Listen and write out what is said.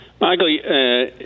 Michael